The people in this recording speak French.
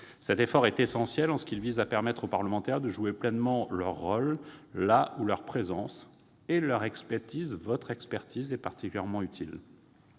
Cet effort est essentiel, en ce qu'il vise à permettre aux parlementaires de jouer pleinement leur rôle là où leur présence et leur expertise sont particulièrement utiles.